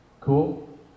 Cool